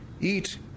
eat